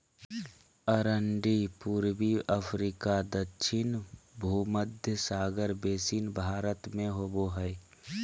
अरंडी पूर्वी अफ्रीका दक्षिण भुमध्य सागर बेसिन भारत में होबो हइ